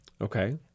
Okay